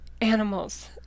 animals